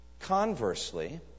Conversely